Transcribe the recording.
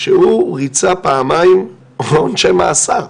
שהוא ריצה פעמיים עונשי מאסר.